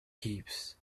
heaps